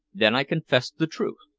then i confessed the truth.